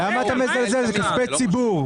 למה אתה מזלזל בכספי ציבור?